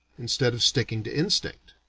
instead of sticking to instinct.